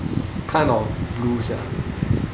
kind of blue sia